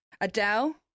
Adele